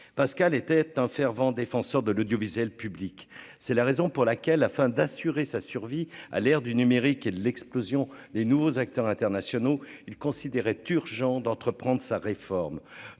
Pascal était un fervent défenseur de l'audiovisuel public, c'est la raison pour laquelle afin d'assurer sa survie à l'ère du numérique et de l'explosion des nouveaux acteurs internationaux, il considérait urgent d'entreprendre sa réforme,